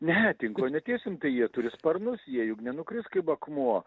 ne tinklo netiesim tai jie turi sparnus jie juk nenukris kaip akmuo